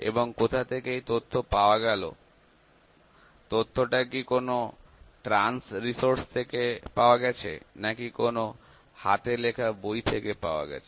এবং কোথা থেকে এই তথ্য পাওয়া গেল তথ্যটাকি কোন ট্রান্স রিসোর্স থেকে পাওয়া গেছে নাকি কোন হাতে লেখা বই থেকে পাওয়া গেছে